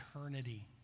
eternity